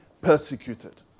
persecuted